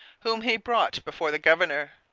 whom he brought before the governor.